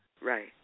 Right